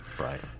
Right